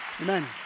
Amen